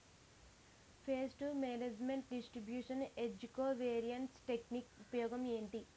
paste management distribution ఏజ్జి covariance technique ఉపయోగం ఏంటి